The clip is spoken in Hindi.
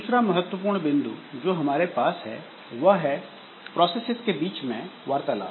दूसरा महत्वपूर्ण बिंदु जो हमारे पास है वह है प्रोसेसेस के बीच में वार्तालाप